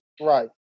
Right